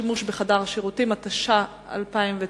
שימוש בחדר שירותים), התש"ע 2009,